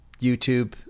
youtube